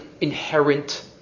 inherent